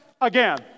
again